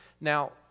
Now